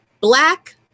black